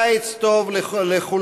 קיץ טוב לכולנו.